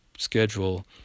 schedule